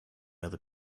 other